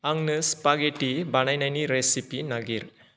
आंनो स्पागेटि बानायनायनि रेसिपि नागिर